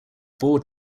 board